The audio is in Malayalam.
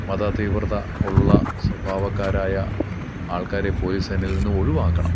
മത തീവ്രമതം ഉള്ള സ്വഭാവക്കാരായ ആൾക്കാർ പോലീസ് സേനയിൽ നിന്ന് ഒഴിവാക്കണം